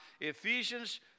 Ephesians